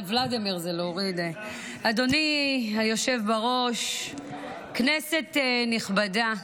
אדוני היושב בראש, כנסת נכבדה,